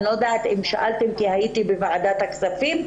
אני לא יודעת אם שאלתם כי הייתי בוועדת הכספים.